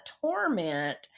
torment